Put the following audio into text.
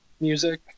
music